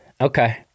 Okay